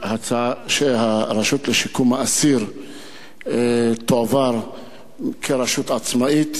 שהרשות לשיקום האסיר תועבר כרשות עצמאית,